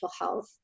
health